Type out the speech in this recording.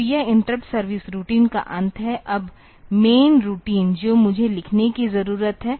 तो यह interrupt service routine का अंत है अब मैन रूटीन जो मुझे लिखने की जरूरत है